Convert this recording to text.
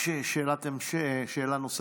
יש שאלה נוספת.